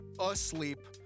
asleep